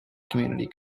community